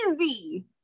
Easy